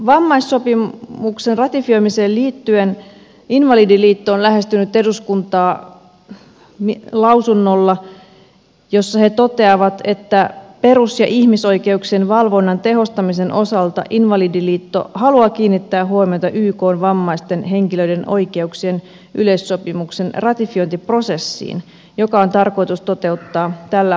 vammaissopimuksen ratifioimiseen liittyen invalidiliitto on lähestynyt eduskuntaa lausunnolla jossa he toteavat että perus ja ihmisoikeuksien valvonnan tehostamisen osalta invalidiliitto haluaa kiinnittää huomiota ykn vammaisten henkilöiden oikeuksien yleissopimuksen ratifiointiprosessiin joka on tarkoitus toteuttaa tällä hallituskaudella